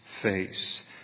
face